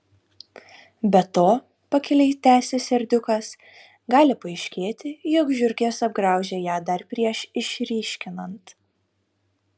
be to pakiliai tęsė serdiukas gali paaiškėti jog žiurkės apgraužė ją dar prieš išryškinant